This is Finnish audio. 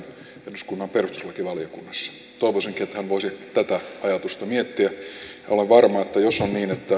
eduskunnan perustuslakivaliokunnassa toivoisinkin että hän voisi tätä ajatusta miettiä ja olen varma että jos on niin että